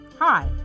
Hi